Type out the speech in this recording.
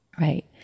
right